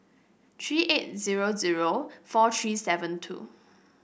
three eight zero zero four three seven two